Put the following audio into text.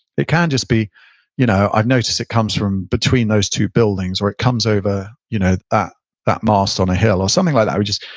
it can just be you know i've noticed it comes from between those two buildings, or it comes over you know that that mast on a hill, or something like that. you're just,